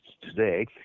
today